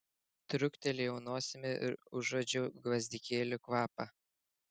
truktelėjau nosimi ir užuodžiau gvazdikėlių kvapą